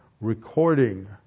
recording